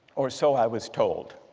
or so i was told,